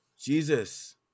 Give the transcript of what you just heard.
Jesus